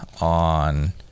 on